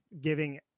giving